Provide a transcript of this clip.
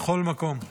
בכל מקום.